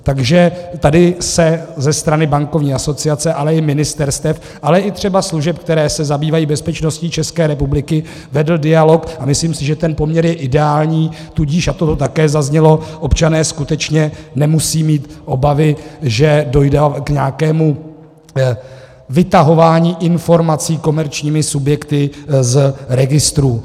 Takže tady se ze strany bankovní asociace, ale i ministerstev, ale i třeba služeb, které se zabývají bezpečností České republiky, vedl dialog, a myslím si, že ten poměr je ideální, tudíž, a to tu také zaznělo, občané skutečně nemusejí mít obavy, že dojde k nějakému vytahování informací komerčními subjekty z registrů.